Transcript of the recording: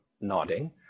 nodding